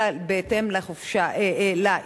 אלא בהתאם לאשפוז.